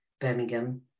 birmingham